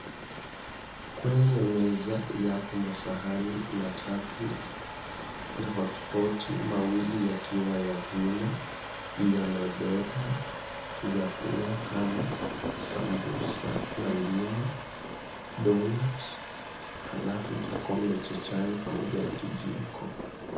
Kwenye meza yapo masahani matatu na hotpot mawili yakiwa ya vyuma, yamebeba vyakula kama sambusa na ndimu, donut , alafu kikombe cha chai pamoja na kijiko.